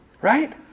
right